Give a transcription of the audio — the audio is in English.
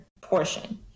portion